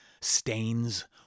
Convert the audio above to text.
Stains